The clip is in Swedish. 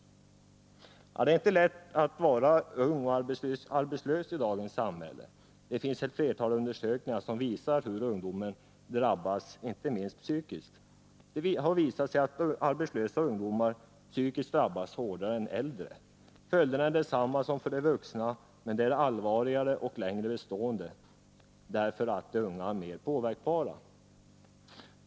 Det är inte lätt att vara ung och arbetslös i dagens samhälle. Det finns ett flertal undersökningar som visar hur ungdomen drabbas, inte minst psykiskt. Det har visat sig att arbetslösa ungdomar psykiskt drabbas hårdare än äldre. Följderna är desamma som för vuxna, men de är allvarligare och längre bestående på grund av att de unga är mer påverkbara.